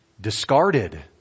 discarded